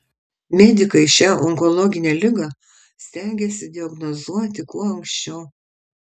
medikai šią onkologinę ligą stengiasi diagnozuoti kuo anksčiau